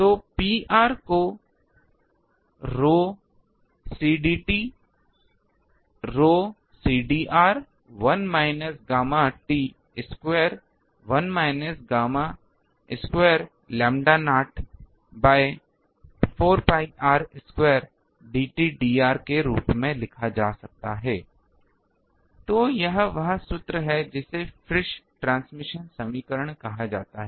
तो Pr को ρcdt ρcdr 1 minus gamma t square 1 minus gamma square 𝝺0 द्वारा 4 pi R square Dt Dr के रूप में लिखा जा सकता है तो यह वह सूत्र है जिसे फ्रिस ट्रांसमिशन समीकरण कहा जाता है